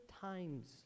times